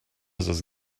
those